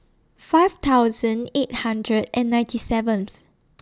five thousand seven eight hundred and ninety seventh